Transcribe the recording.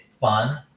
fun